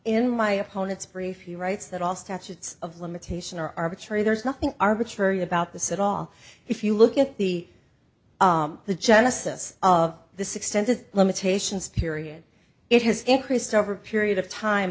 in my opponent's brief he writes that all statutes of limitation are arbitrary there is nothing arbitrary about the set all if you look at the the genesis of this extended limitations period it has increased over period of time